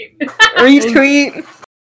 Retweet